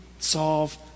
solve